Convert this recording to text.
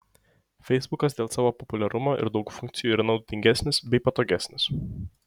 feisbukas dėl savo populiarumo ir daug funkcijų yra naudingesnis bei patogesnis